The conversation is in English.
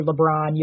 LeBron